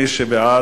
מי שבעד,